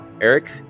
Eric